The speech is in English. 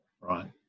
Right